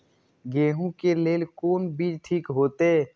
गेहूं के लेल कोन बीज ठीक होते?